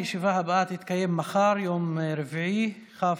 הישיבה הבאה תתקיים מחר, יום רביעי,